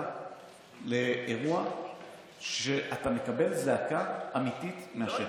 לאירוע שבו אתה מקבל זעקה אמיתית מהשטח.